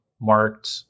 marked